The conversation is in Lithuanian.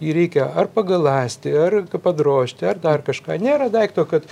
jį reikia ar pagaląsti ar padrožti ar dar kažką nėra daikto kad